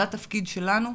זה התפקיד שלנו,